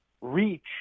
reach